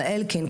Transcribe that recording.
על אלקין.